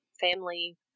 family